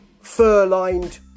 fur-lined